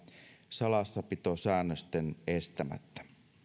salassapitosäännösten estämättä